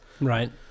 Right